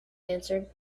answered